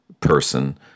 person